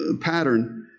pattern